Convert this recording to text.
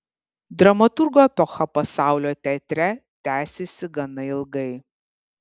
dramaturgo epocha pasaulio teatre tęsėsi gana ilgai